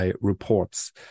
reports